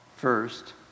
First